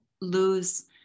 lose